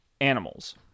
animals